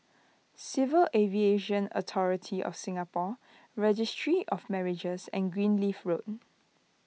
Civil Aviation Authority of Singapore Registry of Marriages and Greenleaf Road